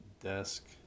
desk